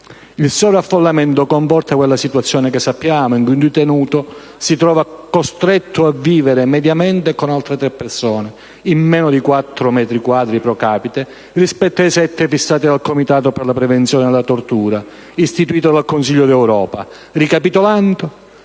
Il sovraffollamento comporta la situazione che sappiamo, in cui un detenuto si trova costretto a vivere, mediamente, con altre tre persone, in meno di 4 metri quadri *pro capite*, rispetto ai 7 fissati dal Comitato per la prevenzione della tortura, istituito dal Consiglio d'Europa. Ricapitolando,